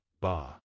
Ba